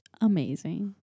amazing